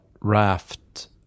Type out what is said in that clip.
Raft